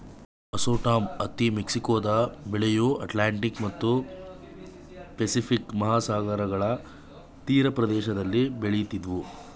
hirsutum ಹತ್ತಿ ಮೆಕ್ಸಿಕೊದ ಬೆಳೆಯು ಅಟ್ಲಾಂಟಿಕ್ ಮತ್ತು ಪೆಸಿಫಿಕ್ ಮಹಾಸಾಗರಗಳ ತೀರಪ್ರದೇಶದಲ್ಲಿ ಬೆಳಿತಿದ್ವು